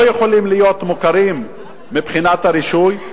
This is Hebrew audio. לא יכולים להיות מוכרים מבחינת הרישוי,